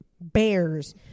bears